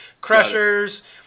crushers